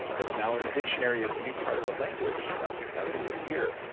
and that's now in the dictionary as a new part of our language as of this year,